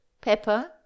pepper